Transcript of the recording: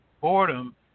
boredom